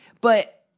But-